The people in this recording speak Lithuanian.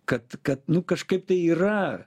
kad kad nu kažkaip tai yra